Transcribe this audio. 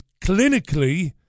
clinically